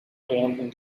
varianten